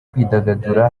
kwidagadura